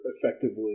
effectively